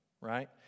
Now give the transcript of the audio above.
right